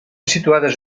situades